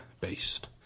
based